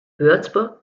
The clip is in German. würzburg